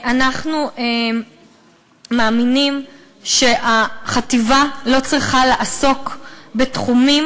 אנחנו מאמינים שהחטיבה לא צריכה לעסוק בתחומים